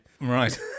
Right